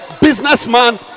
businessman